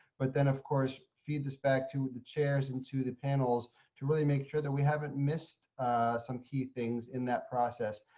but then of course feed this back to the chairs and to the panels to really make sure that we haven't missed key things in that process.